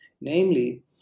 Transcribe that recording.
Namely